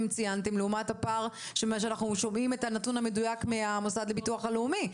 ציינתם לעומת הנתון המדויק שאנחנו שומעים מן המוסד לביטוח לאומי.